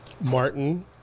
Martin